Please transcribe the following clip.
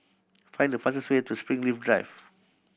find the fastest way to Springleaf Drive